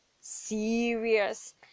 serious